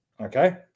Okay